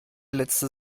letzte